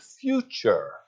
future